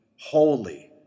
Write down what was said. Holy